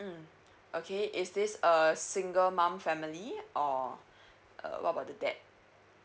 mm okay is this a single mom family or uh what about the dad